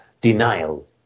denial